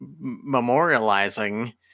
memorializing